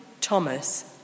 Thomas